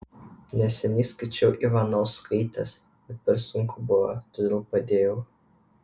neseniai skaičiau ivanauskaitės bet per sunku buvo todėl padėjau